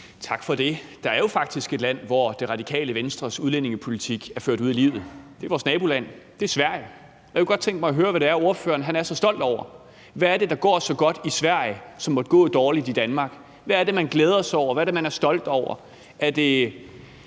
Tak for det. Der er jo faktisk et land, hvor Radikale Venstres udlændingepolitik er ført ud i livet. Det er vores naboland, det er Sverige. Og jeg kunne godt tænke mig at høre, hvad det er, ordføreren er så stolt over. Hvad er det, der går så godt i Sverige, som måtte gå dårligt i Danmark? Hvad er det, man glæder sig over? Hvad er det, man er stolt over? Er det